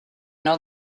know